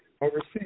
overseas